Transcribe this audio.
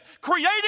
created